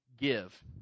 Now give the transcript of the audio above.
Give